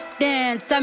dance